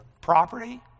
property